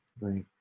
right